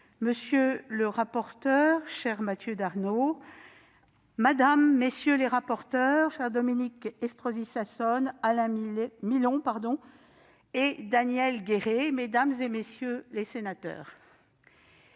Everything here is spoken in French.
monsieur le rapporteur, cher Mathieu Darnaud, madame, messieurs les rapporteurs pour avis, chers Dominique Estrosi Sassone, Alain Milon et Daniel Gueret, mesdames, messieurs les sénateurs,